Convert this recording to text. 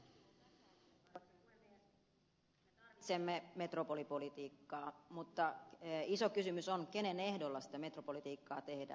me tarvitsemme metropolipolitiikkaa mutta iso kysymys on kenen ehdoilla sitä metropolipolitiikkaa tehdään